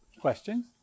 questions